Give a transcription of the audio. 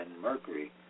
mercury